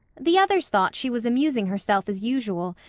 the others thought she was amusing herself as usual,